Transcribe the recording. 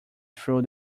through